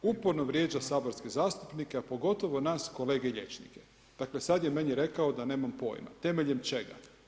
Uporno vrijeđa saborske zastupnike, a pogotovo nas kolege liječnike, dakle sad je meni rekao da nemam poima, temeljem čega.